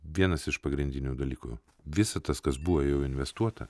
vienas iš pagrindinių dalykų visa tas kas buvo jau investuota